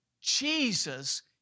Jesus